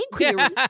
inquiry